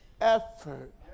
effort